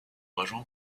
rejoint